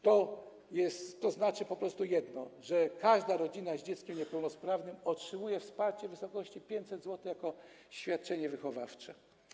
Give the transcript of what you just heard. To znaczy po prostu jedno: każda rodzina z dzieckiem niepełnosprawnym otrzymuje wsparcie w wysokości 500 zł jako świadczenie wychowawcze.